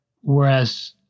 Whereas